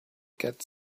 get